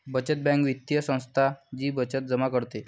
बचत बँक वित्तीय संस्था जी बचत जमा करते